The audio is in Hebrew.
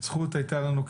זכות הייתה לנו,